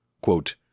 Quote